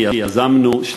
שיזמנו,